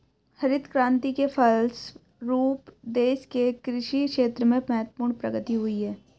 हरित क्रान्ति के फलस्व रूप देश के कृषि क्षेत्र में महत्वपूर्ण प्रगति हुई